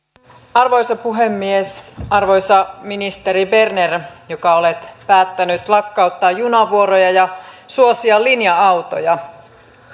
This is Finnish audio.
arvoisa puhemies arvoisa ministeri berner joka olet päättänyt lakkauttaa junavuoroja ja suosia linja autoja